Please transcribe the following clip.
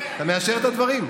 אתה מאשר את הדברים?